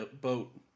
boat